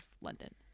London